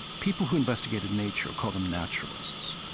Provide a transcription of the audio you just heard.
people who investigated nature, call them naturalists,